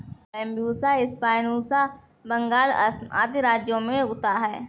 Bambusa स्पायनोसा बंगाल, असम आदि राज्यों में उगता है